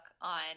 on